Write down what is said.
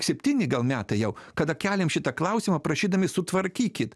septyni gal metai jau kada keliam šitą klausimą prašydami sutvarkykit